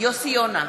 יוסי יונה,